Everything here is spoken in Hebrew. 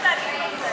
אני מבקשת להגיב על זה.